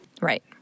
Right